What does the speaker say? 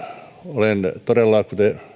olen todella